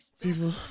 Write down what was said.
People